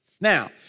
Now